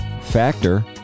Factor